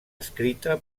escrita